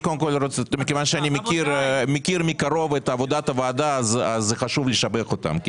מכיוון שאני מכיר מקרוב את עבודת הוועדה אז חשוב לשבח אותם.